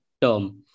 term